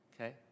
Okay